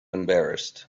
embarrassed